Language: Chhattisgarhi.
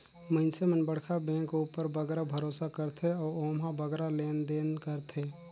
मइनसे मन बड़खा बेंक उपर बगरा भरोसा करथे अउ ओम्हां बगरा लेन देन करथें